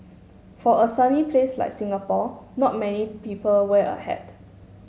for a sunny place like Singapore not many people wear a hat